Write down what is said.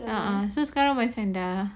a'ah so sekarang macam dah